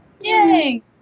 yay